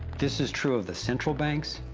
this is true of the central banks,